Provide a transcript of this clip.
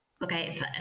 Okay